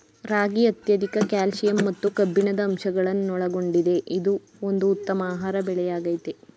ರಾಗಿ ಅತ್ಯಧಿಕ ಕ್ಯಾಲ್ಸಿಯಂ ಮತ್ತು ಕಬ್ಬಿಣದ ಅಂಶಗಳನ್ನೊಳಗೊಂಡಿದೆ ಇದು ಒಂದು ಉತ್ತಮ ಆಹಾರ ಬೆಳೆಯಾಗಯ್ತೆ